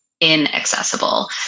inaccessible